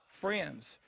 friends